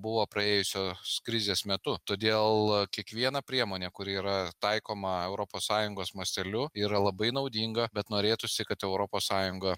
buvo praėjusios krizės metu todėl kiekviena priemonė kuri yra taikoma europos sąjungos masteliu yra labai naudinga bet norėtųsi kad europos sąjunga